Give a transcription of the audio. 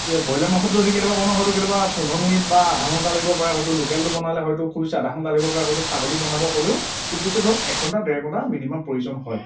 broiler মাংসটো যদি কেতিয়াবা বনাওঁ হয়টো কেতিয়াবা পোন্ধৰ মিনিট বা আধা ঘণ্টা লাগিব পাৰে হয়টো লোকেলটো বনালে হয়টো খুব বেছি আধা ঘণ্টা লাগিব পাৰে হয়টো ছাগলী বনাব হ'লেও খুব বেছি ধৰক এঘণ্টা ডেৰ ঘণ্টা মিনিমাম প্ৰয়োজন হয়